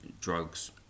drugs